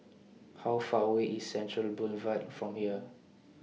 How Far away IS Central Boulevard from here